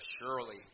surely